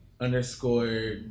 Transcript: Underscore